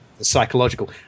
psychological